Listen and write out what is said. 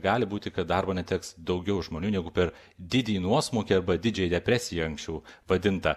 gali būti kad darbo neteks daugiau žmonių negu per didįjį nuosmukį arba didžiąją depresiją anksčiau vadintą